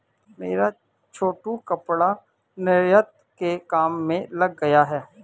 मेरा छोटू कपड़ा निर्यात के काम में लग गया है